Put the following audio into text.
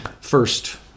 first